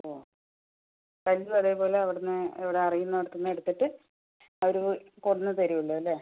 ഓ കല്ലും അതേപോലെ അവിടെ നിന്ന് എവിടെയാണ് അറിയുന്നിടത്തു നിന്ന് എടുത്തിട്ട് അവർ റൂമിൽ കൊണ്ടുവന്നു തരുമല്ലോ അല്ലെ